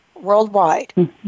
worldwide